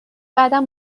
بعدا